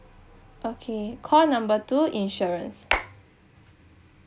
okay call number two insurance